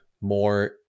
more